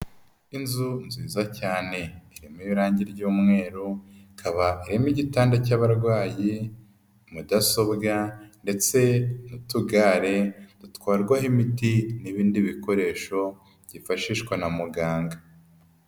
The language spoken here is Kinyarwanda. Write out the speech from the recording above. Inzu nziza cyane irimo irange ry'umweru, ikaba harimo igitanda cy'abarwayi, mudasobwa ndetse n'utugare dutwarwaho imiti n'ibindi bikoresho byifashishwa na muganga.